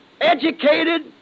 educated